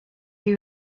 who